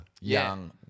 young